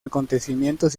acontecimientos